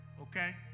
okay